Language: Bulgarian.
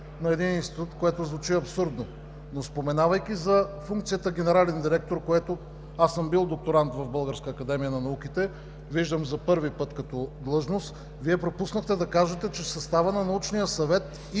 Вие пропуснахте да кажете, че съставът на Научния съвет и